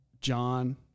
John